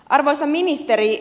arvoisa ministeri